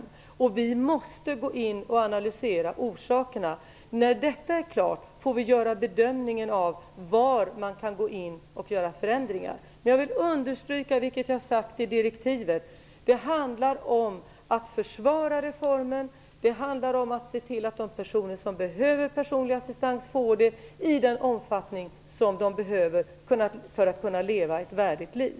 Vi måste gå in och analysera orsakerna. När detta är klart får vi göra en bedömning av var man kan gå in och göra förändringar. Jag vill understryka, vilket jag sagt i direktivet, att det handlar om att försvara reformen. Det handlar om att se till att de personer som behöver personlig assistans får det i den omfattning som de behöver för att kunna leva ett värdigt liv.